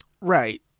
Right